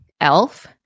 Elf